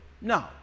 no